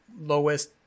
lowest